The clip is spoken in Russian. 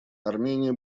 армения